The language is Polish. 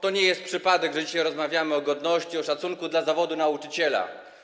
To nie jest przypadek, że dzisiaj rozmawiamy o godności, o szacunku dla zawodu nauczyciela.